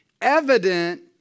evident